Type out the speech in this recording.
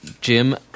Jim